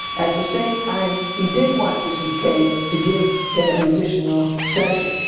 at the same time, he did want mrs. k to give him an additional session.